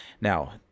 Now